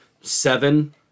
seven